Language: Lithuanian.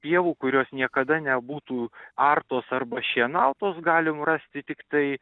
pievų kurios niekada nebūtų artos arba šienautos galim rasti tiktai